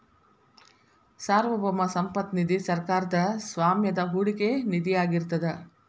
ಸಾರ್ವಭೌಮ ಸಂಪತ್ತ ನಿಧಿ ಸರ್ಕಾರದ್ ಸ್ವಾಮ್ಯದ ಹೂಡಿಕೆ ನಿಧಿಯಾಗಿರ್ತದ